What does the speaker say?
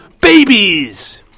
Babies